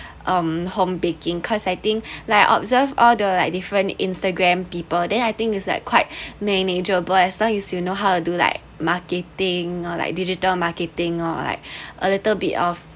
um home baking cause I think like observed all the like different instagram people then I think is like quite manageable as long as you know how to do like marketing or like digital marketing or like a little bit of